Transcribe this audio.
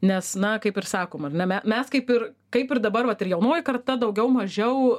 nes na kaip ir sakoma ar ne mes kaip ir kaip ir dabar vat ir jaunoji karta daugiau mažiau